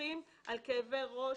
מדווחים על כאבי ראש,